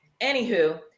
Anywho